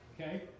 okay